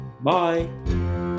Bye